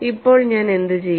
ഇപ്പോൾ ഞാൻ എന്തു ചെയ്യും